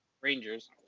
Rangers